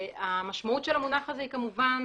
המשמעות של המונח הזה היא כמובן,